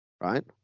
right